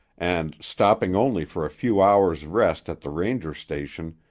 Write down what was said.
and, stopping only for a few hours' rest at the ranger station,